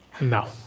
Now